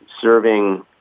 serving